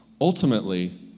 ultimately